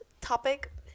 topic